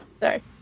Sorry